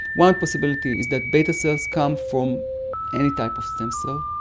one possibility is that beta cells come from any type of stem cell,